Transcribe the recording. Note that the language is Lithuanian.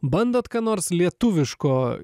bandot ką nors lietuviško